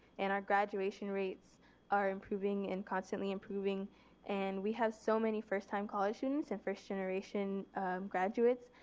and our graduation rates are improving and constantly improving and we have so many first time college students and first generation graduates.